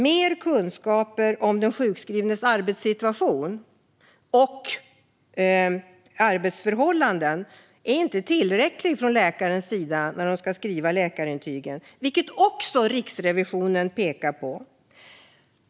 Men kunskaperna om den sjukskrivnes arbetssituation och arbetsförhållanden är inte tillräckliga från läkarnas sida när de ska skriva läkarintygen, vilket också Riksrevisionen pekar på.